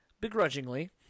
begrudgingly